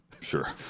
Sure